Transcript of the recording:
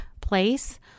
place